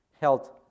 health